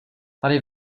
tady